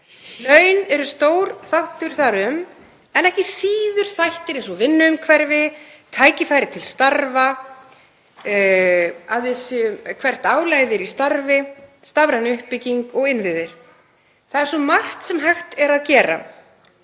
Laun eru stór þáttur þar en ekki síður þættir eins og vinnuumhverfi, tækifæri til starfa, hvert álagið er í starfi, stafræn uppbygging og innviðir. Það er svo margt sem hægt er að gera